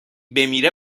بمیره